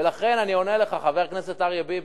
ולכן, אני עונה לך, חבר הכנסת אריה ביבי,